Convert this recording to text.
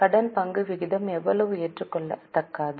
கடன் பங்கு விகிதம் எவ்வளவு ஏற்றுக்கொள்ளத்தக்கது